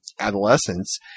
adolescence